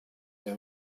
they